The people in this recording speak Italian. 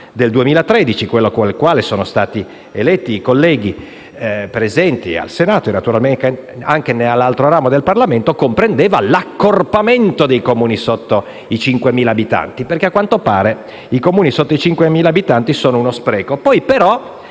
del 2013, quello con il quale sono stati eletti i colleghi presenti al Senato e naturalmente anche nell'altro ramo del Parlamento, comprendeva l'accorpamento dei Comuni sotto i 5.000 abitanti, perché, a quanto pare, i Comuni sotto i 5.000 abitanti sono uno spreco.